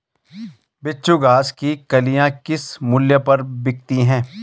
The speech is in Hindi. बिच्छू घास की कलियां किस मूल्य पर बिकती हैं?